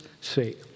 sake